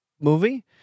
movie